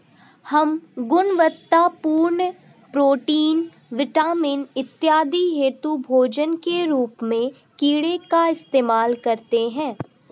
हम गुणवत्तापूर्ण protein, vitamin इत्यादि हेतु भोजन के रूप में कीड़े का इस्तेमाल करते हैं